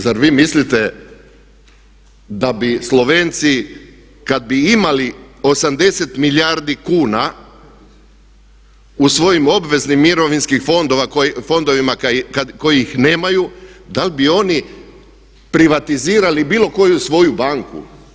Zar vi mislite da bi Slovenci kada bi imali 80 milijardi kuna u svojim obveznim mirovinskim fondovima kojih nemaju da li bi oni privatizirali bilo koju svoju banku?